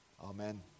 Amen